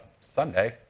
Sunday